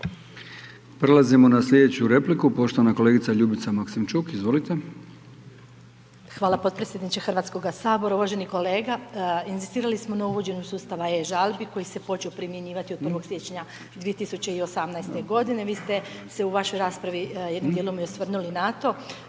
Prelazimo na sljedeću repliku, poštovana kolegica Ljubica Maksimčuk. Izvolite. **Maksimčuk, Ljubica (HDZ)** Hvala potpredsjedniče Hrvatskoga sabora. Uvaženi kolega inzistirali smo na uvođenju sustava e-žalbi koji se počeo primjenjivati od 1. siječnja 2018. godine. Vi ste se u vašoj raspravi jednim dijelom i osvrnuli na to